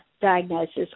diagnosis